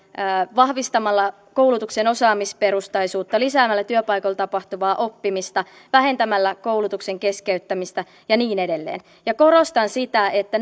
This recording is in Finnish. vahvistamalla koulutuksen osaamisperusteisuutta lisäämällä työpaikoilla tapahtuvaa oppimista vähentämällä koulutuksen keskeyttämistä ja niin edelleen ja korostan sitä että